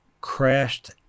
crashed